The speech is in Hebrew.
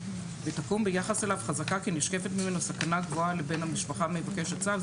ותקום ביחס אליו חזקה כי נשקפת ממנו סכנה גבוהה לבן המשפחה מבקש הצו,